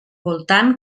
voltant